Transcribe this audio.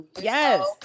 Yes